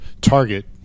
target